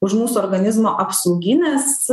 už mūsų organizmo apsaugines